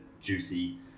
juicy